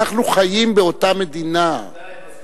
אנחנו חיים באותה מדינה,